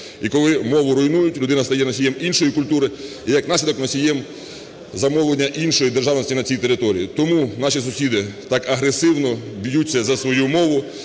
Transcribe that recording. І коли мову руйнують, людина стає носієм іншої культури і як наслідок носієм замовлення іншої державності на цій території. Тому наші сусіди так агресивно б'ються за свою мову,